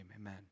amen